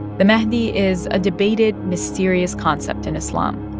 the mahdi is a debated, mysterious concept in islam.